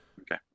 Okay